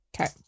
Okay